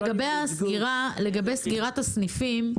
לגבי סגירת הסניפים